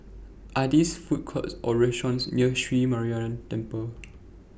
Are There Food Courts Or restaurants near Sri Muneeswaran Temple